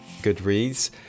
Goodreads